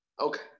Okay